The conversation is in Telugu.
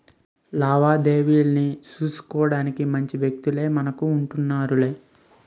లావాదేవీలన్నీ సూసుకోడానికి మంచి వ్యక్తులే మనకు ఉంటన్నారులే